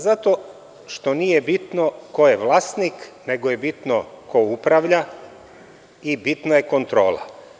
Zato što nije bitno ko je vlasnik, nego je bitno ko upravlja i bitna je kontrola.